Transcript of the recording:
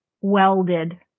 welded